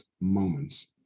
moments